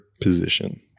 position